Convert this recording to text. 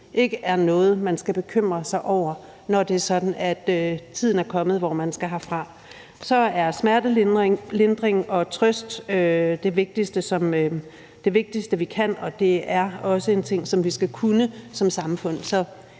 ikke er noget, man skal bekymre sig over, når tiden er kommet, hvor man skal herfra. Så er smertelindring og trøst det vigtigste, vi kan, og det er også en ting, som vi skal kunne som samfund.